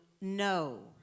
no